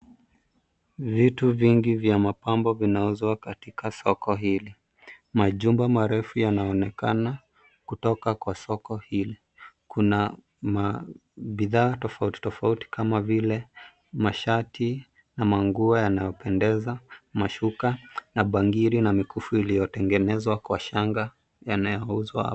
Vitu vingi vya mapambo vinauzwa katika soko hili. Majumba marefu yanaonekana kutoka kwa soko hili. Kuna mabidhaa tofauti tofauti kama vile mashati, na manguo yanayopendeza, mashuka, na bangili na mikufu iliyotengenezwa kwa shanga yanayouzwa hapa.